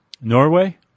Norway